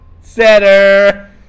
Setter